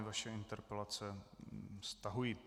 Vaše interpelace stahuji.